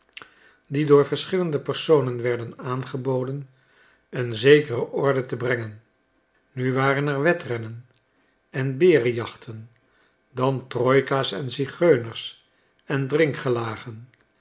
die door verschillende personen werden aangeboden een zekere orde te brengen nu waren er wedrennen en berenjachten dan troyka's en zigeuners en